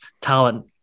talent